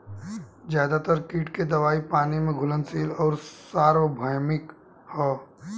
ज्यादातर कीट के दवाई पानी में घुलनशील आउर सार्वभौमिक ह?